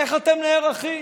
איך אתם נערכים?